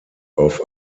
auf